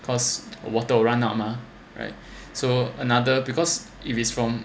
cause water will run out mah right so another because if is from